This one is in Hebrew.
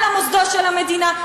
על המוסדות של המדינה,